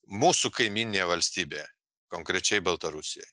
mūsų kaimyninėje valstybėje konkrečiai baltarusijoj